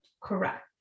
correct